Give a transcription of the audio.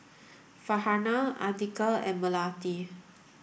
Farhanah Andika and Melati